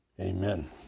Amen